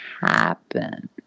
happen